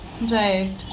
Right